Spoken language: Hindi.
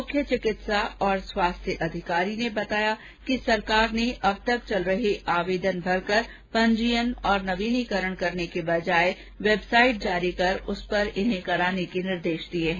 मुख्य चिकित्सा और स्वास्थ्य अधिकारी ने बताया कि सरकार ने अब तक चल रहे आवेदन भरकर पंजीयन और नवीनीकरण करने के बजाय वेबसाइट जारी कर उस पर इन्हें कराने के निर्देश दिए है